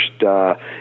first